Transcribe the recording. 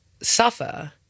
suffer